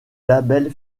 label